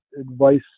advice